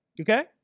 Okay